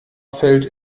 fällt